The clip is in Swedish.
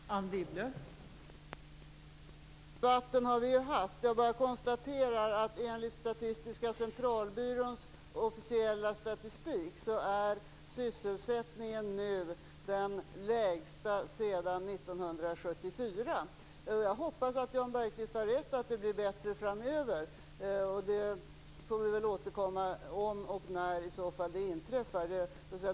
Fru talman! Den debatten har vi ju haft. Jag konstaterar bara att sysselsättningen enligt Statistiska centralbyråns officiella statistik nu är den lägsta sedan 1974. Jag hoppas att Jan Bergqvist har rätt i att det blir bättre framöver. Det får vi väl återkomma till om och när det i så fall inträffar.